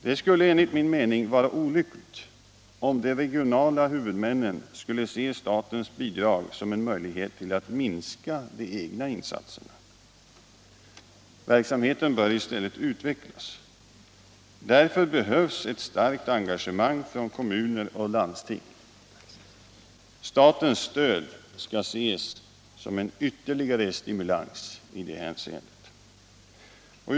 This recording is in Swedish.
Det skulle enligt min mening vara olyckligt om de regionala huvudmännen skulle se statens bidrag som en möjlighet att minska de egna insatserna. Verksamheten bör i stället utvecklas. Därför behövs ett starkt engagemang från kommuner och landsting. Statens stöd skall ses som en ytterligare stimulans i det hänseendet.